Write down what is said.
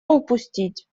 упустить